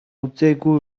үзээгүй